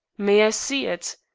may i see it?